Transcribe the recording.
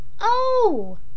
Oh